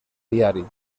diari